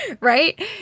Right